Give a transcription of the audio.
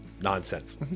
nonsense